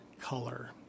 color